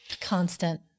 Constant